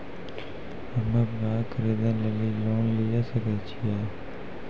हम्मे गाय खरीदे लेली लोन लिये सकय छियै?